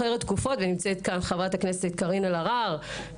ונמצאת כאן חברת הכנסת קארין אלהרר,